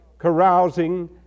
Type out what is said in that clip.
carousing